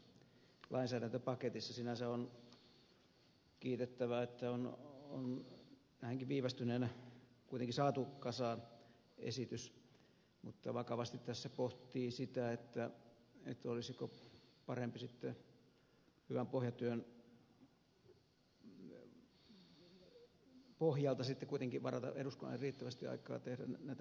sinänsä on kiitettävää että on näinkin viivästyneenä kuitenkin saatu kasaan esitys mutta vakavasti tässä pohtii sitä olisiko parempi sitten hyvän pohjatyön pohjalta kuitenkin varata eduskunnalle riittävästi aikaa tehdä näitä linjaratkaisuja